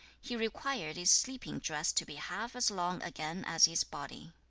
he required his sleeping dress to be half as long again as his body.